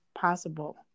possible